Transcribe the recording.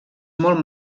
molt